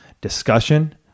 discussion